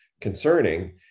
concerning